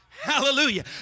Hallelujah